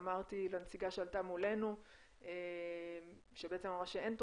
אמרתי לנציגה שעלתה מולנו שבעצם אמרה שאין תוכנית,